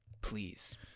please